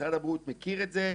משרד הבריאות מכיר את זה.